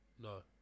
No